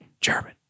German